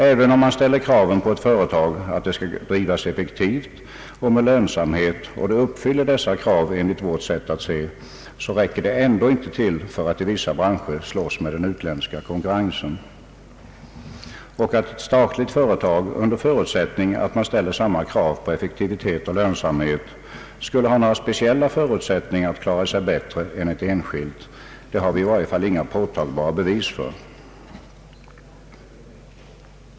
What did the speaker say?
Även om man ställer kraven på ett företag att det skall drivas effektivt och med lönsamhet och det enligt vårt sätt att se uppfyller dessa krav, räcker detta ändå inte till för att i vissa branscher slåss mot den utländska konkurrensen. Att ett statligt företag, under förutsättning att man ställer samma krav på effektivitet och lönsamhet, skulle ha speciella förutsättningar att klara sig bättre än ett enskilt har vi i varje fall inga påtagliga bevis för.